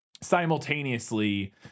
simultaneously